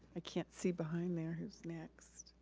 i can't see behind there. who's next?